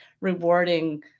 rewarding